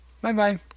Bye-bye